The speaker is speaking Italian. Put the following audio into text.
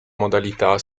modalità